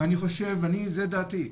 אבל זו דעתי,